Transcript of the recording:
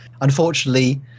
Unfortunately